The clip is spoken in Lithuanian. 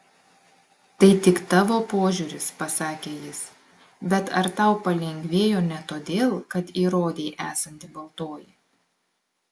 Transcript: tai tik tavo požiūris pasakė jis bet ar tau palengvėjo ne todėl kad įrodei esanti baltoji